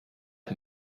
his